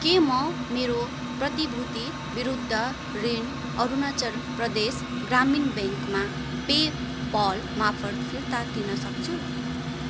के म मेरो प्रतिभूति विरुद्ध ऋण अरुणाचल प्रदेश ग्रामीण ब्याङ्कमा पे पालमार्फत फिर्ता तिर्न सक्छु